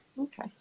Okay